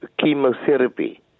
chemotherapy